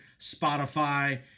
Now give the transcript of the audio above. Spotify